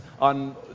on